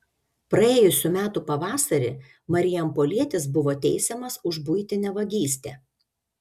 praėjusių metų pavasarį marijampolietis buvo teisiamas už buitinę vagystę